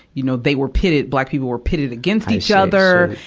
you know, they were pitted, black people were pitted against each other.